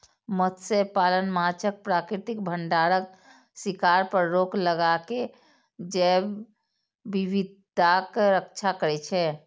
मत्स्यपालन माछक प्राकृतिक भंडारक शिकार पर रोक लगाके जैव विविधताक रक्षा करै छै